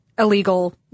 Illegal